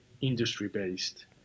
industry-based